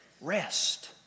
Rest